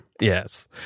Yes